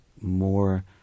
more